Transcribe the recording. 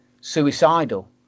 suicidal